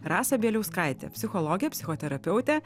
rasą bieliauskaitę psichologę psichoterapeutę